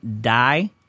die